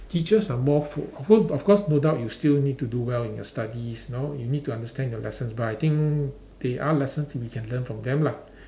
teachers are more f~ of course of course no doubt you still need to do well in your studies you know you need to understand your lessons but I think there are lessons we can learn from them lah